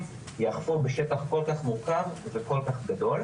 יאכפו בשטח כל כך מורכב וכל כך גדול.